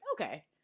okay